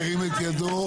ירים את ידו.